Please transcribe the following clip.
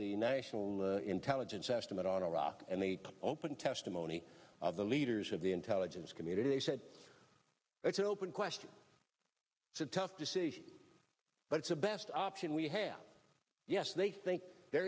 the national intelligence estimate on iraq and the open testimony of the leaders of the intelligence community they said it's an open question it's a tough decision but it's a best option we have yes they think there